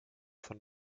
von